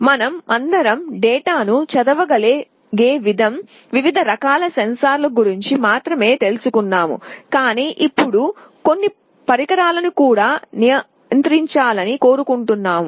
మనమందరం డేటాను చదవగలిగే వివిధ రకాల సెన్సార్ల గురించి మాత్రమే మాట్లాడాము కానీ ఇప్పుడు కొన్ని పరికరాలను నియంత్రించాలని కూడా కోరుకున్నాము